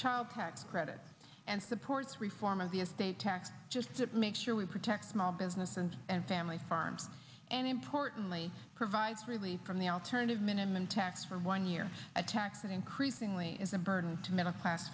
child tax credit and supports reform of the estate tax just to make sure we protect small business and and family farms and importantly provides relief from the alternative minimum tax for one year a tax that increasingly is a burden to m